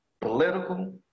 political